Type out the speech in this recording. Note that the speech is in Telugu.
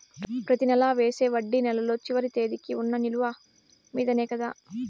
ప్రతి నెల వేసే వడ్డీ నెలలో చివరి తేదీకి వున్న నిలువ మీదనే కదా?